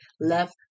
left